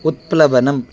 उत्प्लवनम्